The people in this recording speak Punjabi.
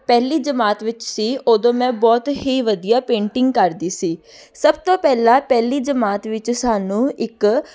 ਪਹਿਲੀ ਜਮਾਤ ਵਿੱਚ ਸੀ ਉਦੋਂ ਮੈਂ ਬਹੁਤ ਹੀ ਵਧੀਆ ਪੇਂਟਿੰਗ ਕਰਦੀ ਸੀ ਸਭ ਤੋਂ ਪਹਿਲਾਂ ਪਹਿਲੀ ਜਮਾਤ ਵਿੱਚ ਸਾਨੂੰ ਇੱਕ